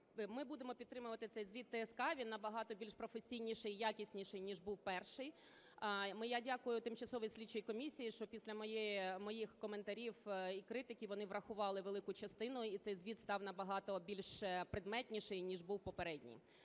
ми будемо підтримувати цей звіт ТСК, він набагато більш професійніший, якісніший, ніж був перший. Я дякую тимчасовій слідчій комісії, що після моїх коментарів і критики вони врахували велику частину, і цей звіт став набагато більш предметніший, ніж був попередній.